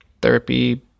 therapy